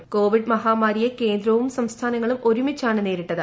പ കോവിഡ് മഹാമാരിയെ കേന്ദ്രവും സംസ്ഥാനങ്ങളും ഒരുമിച്ചാണ് നേരിട്ടത്